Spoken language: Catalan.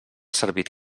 servit